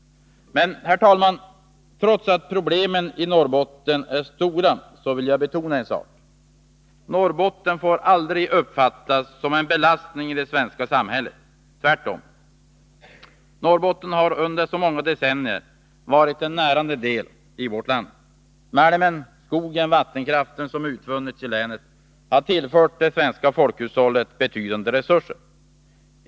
Herr talman! Problemen i Norrbotten är stora, men jag vill ändå betona en sak: Norrbotten får aldrig uppfattas som en belastning i det svenska samhället — tvärtom. Norrbotten har under många decennier varit en närande del i vårt land. Den malm, skog och vattenkraft som utvunnits i länet har tillfört det svenska folkhushållet betydande resurser.